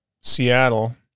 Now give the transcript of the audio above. Seattle